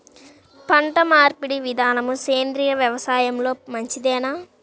పంటమార్పిడి విధానము సేంద్రియ వ్యవసాయంలో మంచిదేనా?